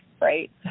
right